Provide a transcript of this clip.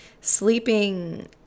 Sleeping